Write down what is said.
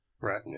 Right